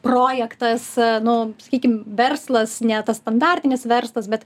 projektas nu sakykim verslas ne tas standartinis verslas bet